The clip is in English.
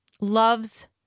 loves